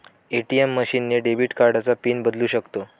ATM machine ने debit कार्डचा PIN बदलू शकतो